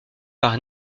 par